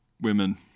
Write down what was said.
Women